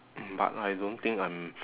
mm but I don't think I'm